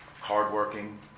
hardworking